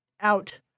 out